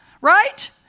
right